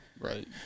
Right